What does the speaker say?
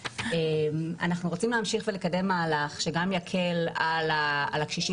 אנחנו רוצים להמשיך ולקדם מהלך שגם יקל על הקשישים